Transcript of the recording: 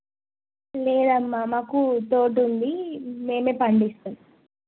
లేదమ్మా మాకు తోట ఉంది మేము పండిస్తాం